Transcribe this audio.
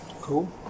cool